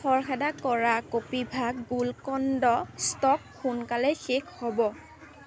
খৰখেদা কৰা কপিভা গুলকণ্ড ষ্টক সোনকালেই শেষ হ'ব